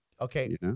Okay